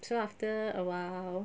so after a while